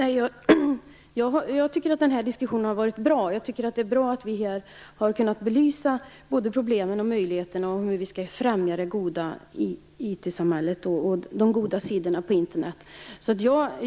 Herr talman! Jag tycker att den här diskussionen har varit bra. Jag tycker att det är bra att vi här har kunnat belysa både problemen och möjligheterna när det gäller hur vi skall främja det goda IT-samhället och de goda sidorna av Internet.